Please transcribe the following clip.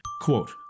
Quote